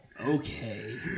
Okay